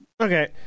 okay